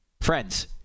friends